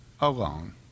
alone